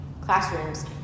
classrooms